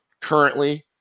currently